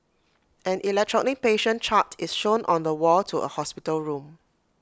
an electronic patient chart is shown on the wall to A hospital room